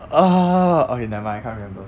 ah okay never mind I can't remember